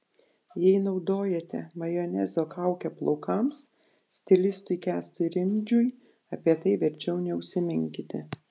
jei naudojate majonezo kaukę plaukams stilistui kęstui rimdžiui apie tai verčiau neužsiminkite